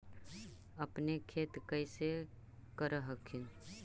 अपने खेती कैसे कर हखिन?